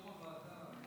הוועדה.